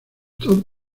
todo